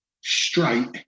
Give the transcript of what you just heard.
straight